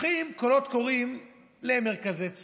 לוקחים קולות קוראים למרכזי צעירים,